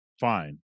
Fine